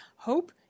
hope